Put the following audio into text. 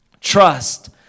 Trust